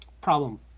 problem